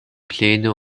pläne